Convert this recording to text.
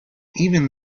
even